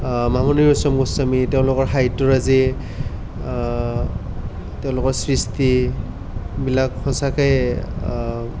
মামণি ৰয়চম গোস্বামী তেওঁলোকৰ সাহিত্যৰাজি তেওঁলোকৰ সৃষ্টিবিলাক সঁচাকে